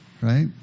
Right